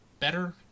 better